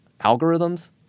algorithms